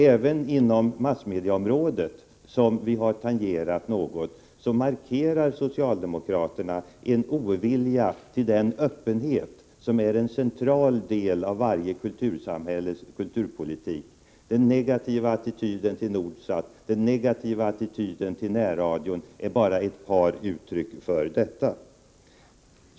Även på massmedieområdet, som vi har tangerat något, markerar socialdemokraterna en ovilja till den öppenhet som bör vara en central del av varje utvecklat samhälles kulturpolitik — den negativa attityden till NORD SAT, den negativa attityden till närradion är bara ett par uttryck för detta.